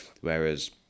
whereas